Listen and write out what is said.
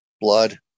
blood